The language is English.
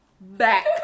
Back